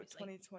2020